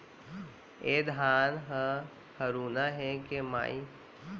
ए धान ह हरूना हे के माई?